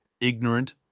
ignorant